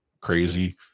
crazy